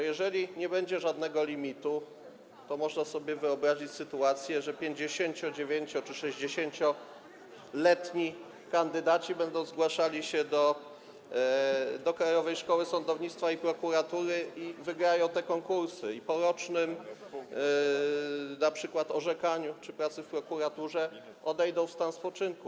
Jeżeli nie będzie żadnego limitu, to można sobie wyobrazić taką sytuację, że pięćdziesięciodziewięcioletni czy sześćdziesięcioletni kandydaci będą zgłaszali się do Krajowej Szkoły Sądownictwa i Prokuratury, wygrywali te konkursy, a po rocznym np. orzekaniu czy pracy w prokuraturze odchodzili w stan spoczynku.